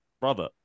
brother